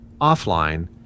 offline